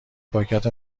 پاکت